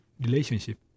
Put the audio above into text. relationship